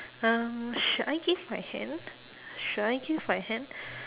um should I give my hand should I give my hand